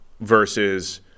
versus